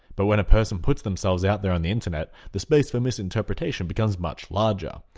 but when a person puts themselves out there on the internet the space for misinterpretation becomes much larger.